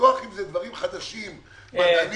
לפתוח עם זה דברים חדשים מדענים